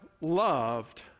loved